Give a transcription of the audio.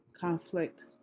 conflict